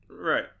Right